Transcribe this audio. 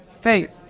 Faith